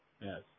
Yes